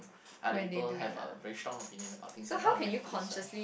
other people have a strong opinion not willing to listen